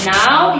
now